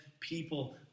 people